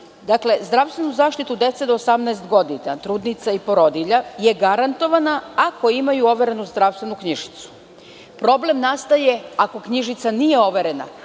Dakle, zdravstvenu zaštitu dece do 18 godina, trudnica i porodilja je garantovana ako imaju overenu zdravstvenu knjižicu. Problem nastaje ako knjižica nije overena,